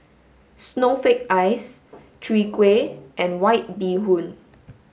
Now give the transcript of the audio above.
snowflake ice chwee kueh and white bee hoon